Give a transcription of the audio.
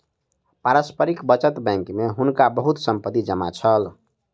पारस्परिक बचत बैंक में हुनका बहुत संपत्ति जमा छल